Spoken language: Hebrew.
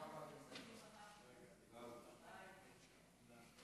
ההצעה להעביר את הנושא